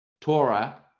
Torah